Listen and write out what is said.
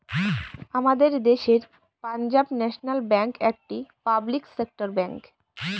আমাদের দেশের Punjab national bank একটি পাবলিক সেক্টর ব্যাঙ্ক